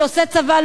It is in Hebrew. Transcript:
שעושה צבא,